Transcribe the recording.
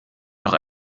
noch